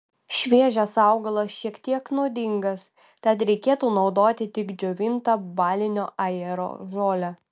šviežias augalas šiek tiek nuodingas tad reikėtų naudoti tik džiovintą balinio ajero žolę